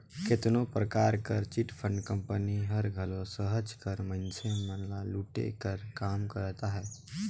केतनो परकार कर चिटफंड कंपनी हर घलो सहज कर मइनसे मन ल लूटे कर काम करत अहे